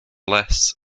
les